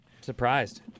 Surprised